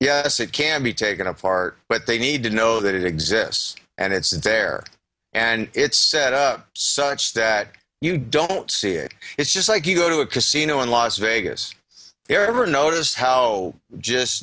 yes it can be taken apart but they need to know that it exists and it's there and it's such that you don't see it it's just like you go to a casino in las vegas ever notice how just